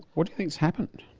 what do you think has happened?